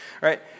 right